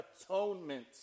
atonement